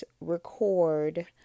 record